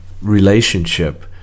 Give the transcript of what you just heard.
relationship